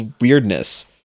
weirdness